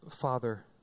Father